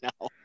now